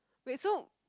wait so